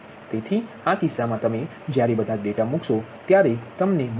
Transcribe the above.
તેથી આ કિસ્સામાં તમે જ્યારે બધા ડેટા મૂકશો ત્યારે તમને મળશે P12 1